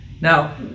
now